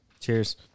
Cheers